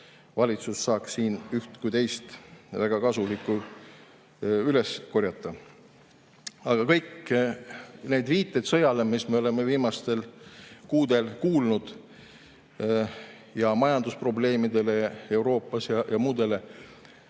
valitsus saaks siit üht-teist väga kasulikku üles korjata. Aga kõik need viited sõjale, mida me oleme viimastel kuudel kuulnud, ja majandusprobleemidele Euroopas ja muudele,